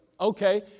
Okay